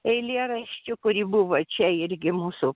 eilėraščių kuri buvo čia irgi mūsų